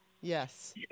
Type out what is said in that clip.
Yes